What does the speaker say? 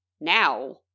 Now